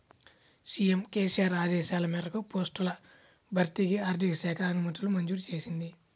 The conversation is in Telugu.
సీఎం కేసీఆర్ ఆదేశాల మేరకు పోస్టుల భర్తీకి ఆర్థిక శాఖ అనుమతులు మంజూరు చేసింది